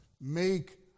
make